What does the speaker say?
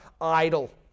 idle